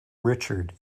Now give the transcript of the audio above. richard